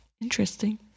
Interesting